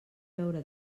veure